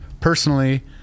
personally